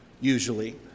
usually